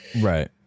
Right